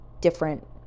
different